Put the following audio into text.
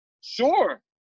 sure